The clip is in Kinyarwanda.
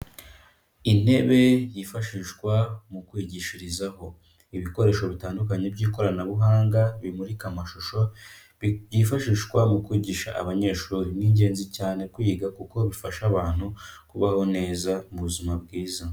Intebe yifashishwa mu kwigishirizaho ibikoresho bitandukanye by'ikoranabuhanga bimurika amashusho byifashishwa mu kwigisha abanyeshuri, ni ingenzi cyane kwiga kuko bifasha abantu kubaho neza mu buzima bwiza.